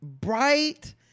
bright